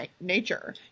nature